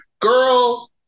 girl